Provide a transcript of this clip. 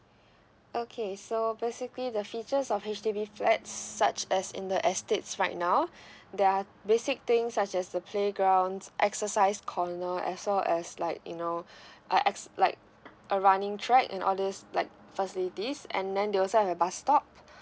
okay so basically the features of H_D_B flats such as in the estates right now there are basic things such as the playgrounds exercise corner as well as like you know a as like a running track and all this like facilities and then they also have a bus stop